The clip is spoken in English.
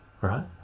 right